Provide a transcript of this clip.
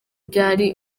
byari